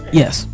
yes